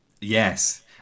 Yes